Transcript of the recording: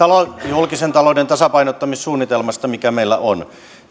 julkisen talouden tasapainottamissuunnitelmasta mikä meillä on